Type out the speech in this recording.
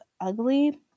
ugly